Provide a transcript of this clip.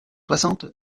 soixante